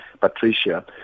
Patricia